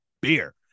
beer